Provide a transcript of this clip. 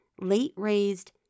late-raised